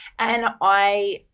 and i,